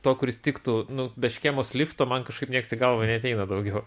to kuris tiktų nu be škėmos lifto man kažkaip nieks į galvą neateina daugiau